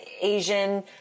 Asian